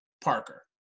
parker